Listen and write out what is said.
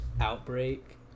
outbreak